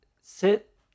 Sit